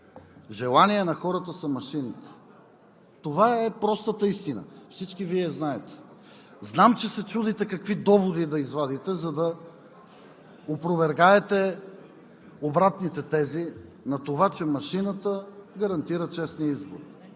желанието на хората са машините. Това е простата истина, всички Вие я знаете. Знам, че се чудите какви доводи да извадите, за да опровергаете обратните тези на това, че машината гарантира честни избори,